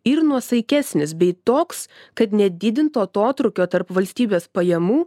ir nuosaikesnis bei toks kad nedidintų atotrūkio tarp valstybės pajamų